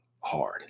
hard